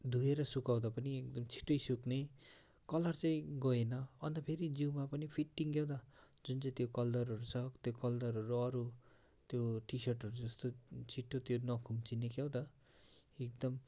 धोएर सुकाउँदा पनि एकदम छिटै सुक्ने कलर चाहिँ गएन अन्त फेरि जिउमा पनि फिटिङ क्या हो त जुन चाहिँ त्यो कलरहरू छ त्यो कलरहरू अरू त्यो टिसर्टहरू जस्तो छिटो त्यो नखुम्चिने क्या हो त एकदम